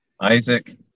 Isaac